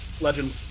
Legend